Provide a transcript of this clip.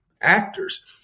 actors